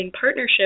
partnership